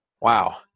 Wow